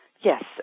Yes